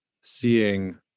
seeing